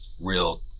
real